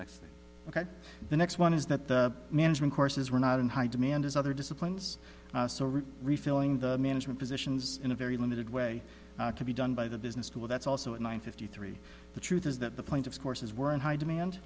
ok the next one is that the management courses were not in high demand as other disciplines refilling the management positions in a very limited way to be done by the business school that's also at nine fifty three the truth is that the plaintiffs courses were in high demand